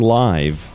live